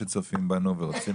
גז,